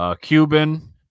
Cuban